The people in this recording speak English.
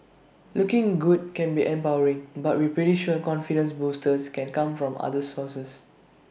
looking good can be empowering but we're pretty sure confidence boosters can come from other sources